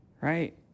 right